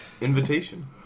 invitation